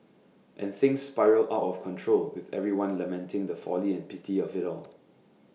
and things spiral out of control with everyone lamenting the folly and pity of IT all